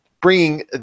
bringing